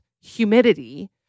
humidity